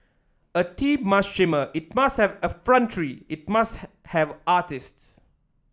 a team must shimmer it must have effrontery it must have artists